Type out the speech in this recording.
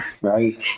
right